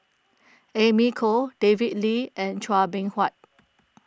Amy Khor David Lee and Chua Beng Huat